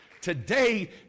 Today